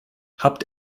habt